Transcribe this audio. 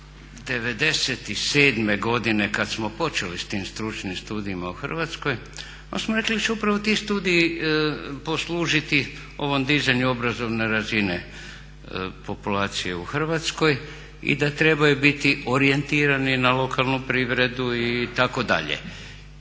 97.godine kad smo počeli sa tim stručnim studijima u Hrvatskoj onda smo rekli da će upravo ti studiji poslužiti ovom dizanju obrazovne razine populacije u Hrvatskoj i da trebaju biti orijentirani na lokalnu privredu itd.